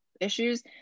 issues